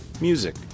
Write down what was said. music